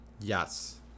Yes